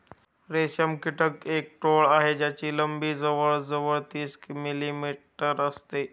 रेशम कीटक एक टोळ आहे ज्याची लंबी जवळ जवळ तीस मिलीमीटर असते